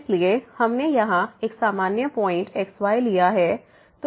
इसलिए हमने यहां एक सामान्य पॉइंट x y लिया है